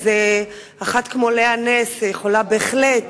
אז אחת כמו לאה נס יכולה בהחלט